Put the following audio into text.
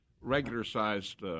regular-sized